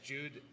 Jude